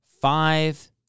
five